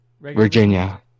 Virginia